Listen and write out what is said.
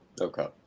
Okay